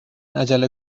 عجله